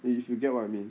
if you get what I mean